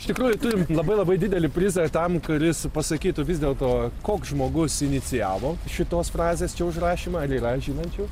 iš tikrųjų turim labai labai didelį prizą tam kuris pasakytų vis dėlto koks žmogus inicijavo šitos frazės čia užrašymą ar yra žinančių